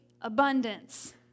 abundance